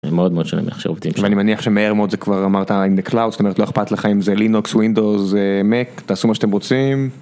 מאוד מאוד שונה מאיך שהעובדים שלי... ואני מניח שמהר מאוד זה... כבר אמרת, אם זה קלאוד, אמרת לא אכפת לך אם זה לינוקס, ווינדוס, מק, תעשו מה שאתם רוצים.